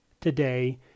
today